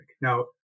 now